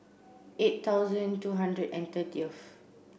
eight thousand two hundred and thirtieth